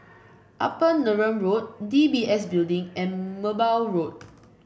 Upper Neram Road DBS Building and Merbau Road